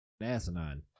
asinine